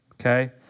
Okay